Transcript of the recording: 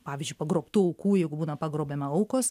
pavyzdžiui pagrobtų aukų jeigu būna pagrobiama aukos